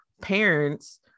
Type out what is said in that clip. parents